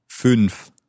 Fünf